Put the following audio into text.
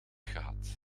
gehad